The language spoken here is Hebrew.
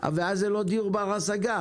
אדוני היושב-ראש,